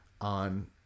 on